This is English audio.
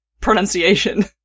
pronunciation